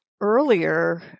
earlier